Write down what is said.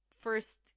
first